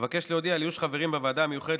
אבקש להודיע על איוש חברים בוועדה המיוחדת